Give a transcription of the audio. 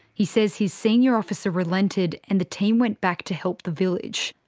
he says his senior officer relented, and the team went back to help the village.